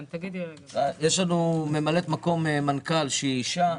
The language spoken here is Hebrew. יש לנו ממלאת מקום מנכ"ל שהיא אישה.